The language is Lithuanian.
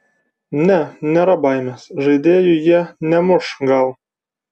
ne nėra baimės žaidėjų jie nemuš gal